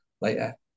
later